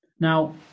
Now